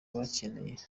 bacyeneye